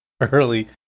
early